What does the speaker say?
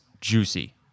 juicy